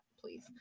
please